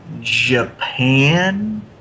Japan